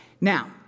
Now